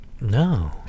No